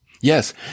Yes